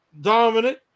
dominant